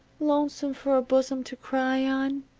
lonesome for a bosom to cry on?